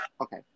Okay